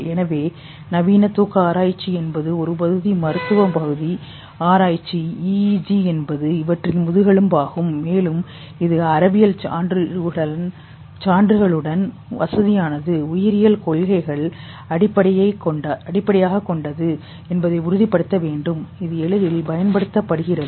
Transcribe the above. எனவே நவீன தூக்க ஆராய்ச்சி என்பது ஒரு பகுதி மருத்துவ பகுதி ஆராய்ச்சி EEG என்பது இவற்றின் முதுகெலும்பாகும் மேலும் இது அறிவியல் சான்றுகளுடன் வசதியானது உயிரியல் கொள்கைகளை அடிப்படையாகக் கொண்டது என்பதை உறுதிப்படுத்த வேண்டும் இது எளிதில் பயன்படுத்தப்படுகிறது